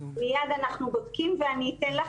מייד אנחנו בודקים ואני אתן לך,